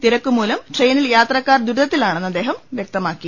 തിരക്ക് മൂലം ട്രെയിനിൽ യാത്രക്കാർ ദുരിതത്തിലാണെന്ന് അദ്ദേഹം വൃക്തമാക്കി